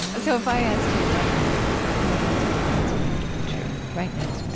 so if i asked you right now what are three things you know to be true, right now as we